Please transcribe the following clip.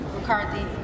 McCarthy